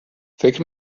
فکر